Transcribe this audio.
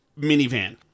minivan